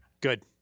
Good